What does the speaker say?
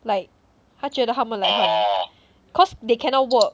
like 她觉得他们 like 很 cause they cannot work